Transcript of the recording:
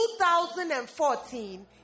2014